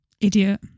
Idiot